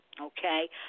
okay